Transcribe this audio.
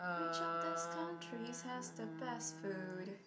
which of these countries has the best food